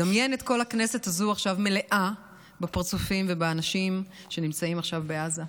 דמיין את כל הכנסת הזו עכשיו מלאה בפרצופים ובאנשים שנמצאים עכשיו בעזה.